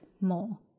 more